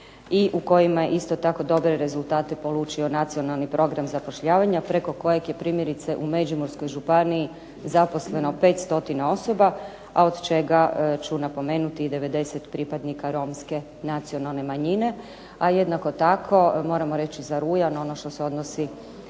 u kojima je isto tako dobre rezultate polučio Nacionalni program zapošljavanja preko kojeg je primjerice u Međimurskoj županiji zaposleno 500 osoba, a od čega ću napomenuti 90 pripadnika romske nacionalne manjine. A jednako tako, moramo reći za rujan ono što se odnosi